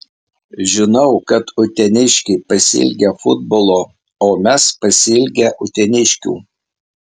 žinau kad uteniškiai pasiilgę futbolo o mes pasiilgę uteniškių